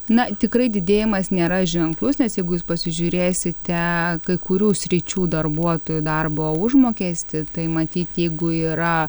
na tikrai didėjimas nėra ženklus nes jeigu jūs pasižiūrėsite kai kurių sričių darbuotojų darbo užmokestį tai matyt jeigu yra